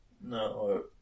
No